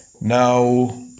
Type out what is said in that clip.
Now